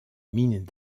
mines